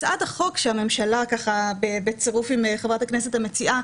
הצעת החוק שהממשלה בצירוף עם חברת הכנסת מציעה